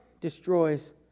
destroys